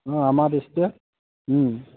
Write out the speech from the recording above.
অঁ আমাৰ বেষ্টটোৱে